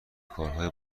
کارهای